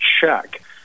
Check